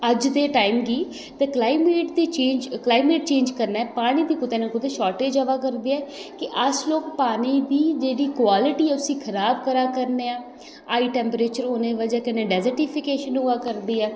अज्ज दे टाइम दी ते कलाइमेट चेंज कन्नै पानी दी कुतै ना कुतै शार्टेज अवा करदी ऐ कि अस लोक पानी दी बी जेह्ड़ी क्वालिटी ऐ उस्सी खराब करा करने आं हाई टम्प्रेचर होने दी ब'जा कन्नै डैजिटीफिकेशन होआ करदी ऐ